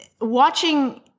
watching